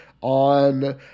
on